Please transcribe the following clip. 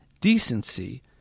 decency